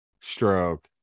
stroke